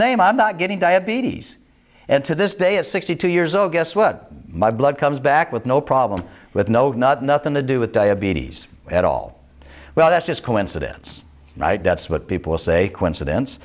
name i'm not getting diabetes and to this day at sixty two years old guess what my blood comes back with no problem with no nothing to do with diabetes at all well that's just coincidence that's what people say coincidence